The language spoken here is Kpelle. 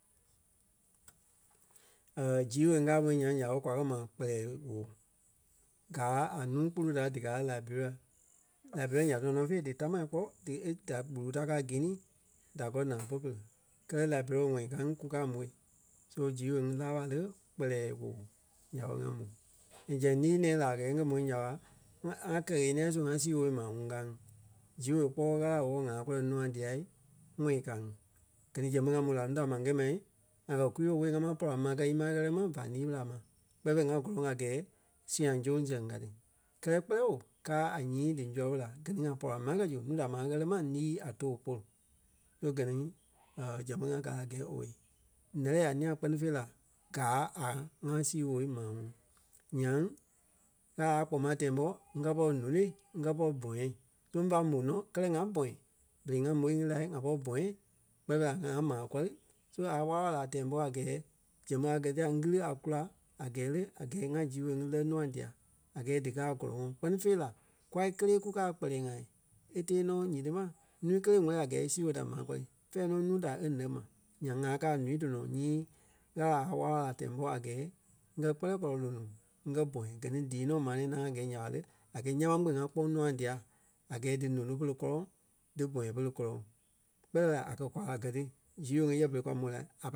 Zii woo ŋgaa môi nyaŋ nya ɓé kwa kɛ́ ma kpɛlɛɛ woo. Gaa a nuu-kpune da díkaa Liberia. Liberia nyaa tɔnɔ nɔ fe dí támaa kpɔ́ dí e- da gbulu ta ka Guinea da kɔɔ naa po-pere. Kɛ́lɛ Liberia ŋ̀ɔi kaa ŋí kukaa môi. So zii woo ŋi láa ɓa le, kpɛlɛɛ woo nya ɓé ŋa mó. And zɛŋ lîi nɛ̃ɛ la a gɛɛ ŋa mó nya ŋa- ŋa kɛ ɣeniɛi su ŋa sii woo maa ŋuŋ kaa ŋí. Zii woo kpɔ́ɔ Ɣâla e wɔ́lɔ ŋaa kɔlɔ nûa dia ŋ́ɔi ka ŋí. Gɛ ni sɛŋ ɓé ŋa mó la núu da ma ńyɛɛ mai, ŋa kɛ́ kwii-woo ɓó ŋa maŋ pɔra ma kɛ́ ímaa ɣɛ́lɛ ma vá lîi ɓéla ma. Kpɛni fêi ŋa gɔlɔŋ a gɛɛ sîiŋ soŋ sɛŋ ka ti. Kɛ́lɛ kpɛlɛɛ woo gaa a nyii dí ńzɔlɔ ɓo la gɛ ni ŋa pɔra ma kɛ zu núu da ma ɣɛ́lɛ ma ńii a too pôlu. So gɛ ni zɛŋ ɓé ŋai gaa a gɛɛ owei. Ǹɛ́lɛɛ a ńîa kpɛ́ni fêi la gáa a ŋá sii woo maa ŋuŋ. Nyaŋ Ɣâla a kpoma tɛɛ pɔ́ ŋ́gɛ pɔri lônoi ŋ́gɛ pɔri bɔ̃yɛ. So fá mó nɔ kɛlɛ ŋa bɔ̃yɛ. Berei ŋa môi ŋí la ŋa pɔri bɔ̃yɛ kpɛɛ fêi la ŋai maa kɔri so a wála-wala laa tɛɛ ḿbɔ a gɛɛ zɛŋ ɓé a gɛ ti a ŋili a kula a gɛɛ le, a gɛɛ ŋa zii woo ŋí lɛ́ nûa dia, a gɛɛ díkaa a gɔlɔŋɔɔ. Kpɛ́ni fêi la kûa kélee kukaa a kpɛlɛɛ-ŋai e tee nɔ nyiti ma nuu kélee wɛ́li a gɛɛ e sii-woo da maa kɔri fɛ̂ɛ nɔ núu da e lɛ́ ma. Nyaŋ ŋá káa a ǹúui dɔnɔ nyii Ɣâla a wála-wala laa tɛɛ ɓo a gɛɛ ŋ́gɛ kpɛlɛɛ kɔlɔ lóno ŋ́gɛ bɔ̃yɛ. Gɛ ni díi nɔ maa nɛ̃ɛ ŋaŋ ŋa gɛ́ nya ɓa le, a gɛɛ ńyãa ma kpîŋ kpɔŋ nûa dia. A gɛɛ dí nóno pere kɔ́lɔŋ dí bɔ̃yɛ pere kɔlɔŋ kpɛɛ lɛ́ la a kɛ̀ kwa gɛ ti zii woo ŋí yɛ berei kwa môi la a